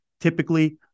typically